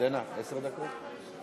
עד עשר דקות.